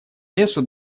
лесу